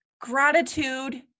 Gratitude